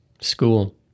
school